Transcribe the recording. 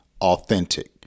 authentic